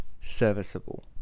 serviceable